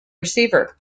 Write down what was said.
receiver